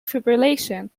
fibrillation